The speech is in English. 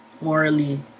morally